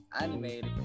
animated